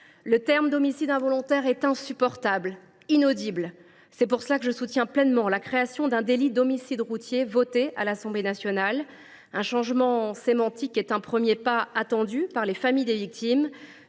d’« homicide involontaire » est insupportable. C’est pourquoi je soutiens pleinement la création d’un délit d’« homicide routier », votée à l’Assemblée nationale. Ce changement sémantique est un premier pas attendu par les familles des victimes.